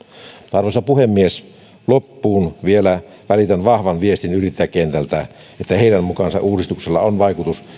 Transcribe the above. arvoisa puhemies loppuun vielä välitän vahvan viestin yrittäjäkentältä että heidän mukaansa uudistuksella on vaikutus